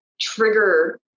trigger